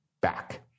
back